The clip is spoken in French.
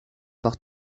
par